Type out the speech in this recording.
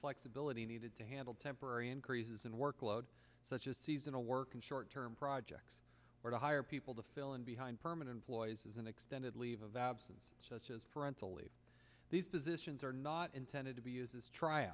flexibility needed to handle temporary increases in workload such as seasonal work and short term projects or to hire people to fill in behind permanent employees as an extended leave of absence such as parental leave these positions are not intended to be use